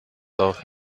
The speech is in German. auch